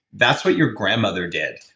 that's what your grandmother did.